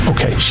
Okay